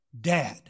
dad